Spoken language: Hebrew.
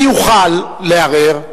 מי יוכל לערער?